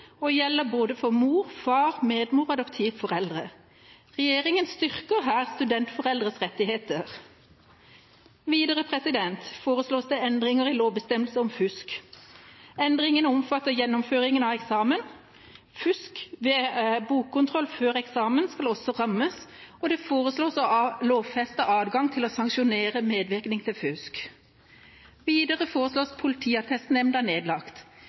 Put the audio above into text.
og gjelder for både mor, far, medmor og adoptivforeldre. Regjeringen styrker her studentforeldres rettigheter. Videre foreslås det endringer i lovbestemmelsen om fusk. Endringene omfatter gjennomføringen av eksamen. Fusk oppdaget ved bokkontrollen før eksamen skal også rammes. Det foreslås å lovfeste adgangen til å sanksjonere medvirkning til fusk. Videre foreslås Politiattestnemnda nedlagt.